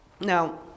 Now